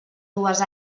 dues